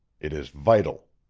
it is vital.